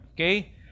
okay